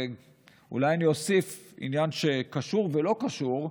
ואולי אני אוסיף עניין שקשור ולא קשור: